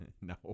no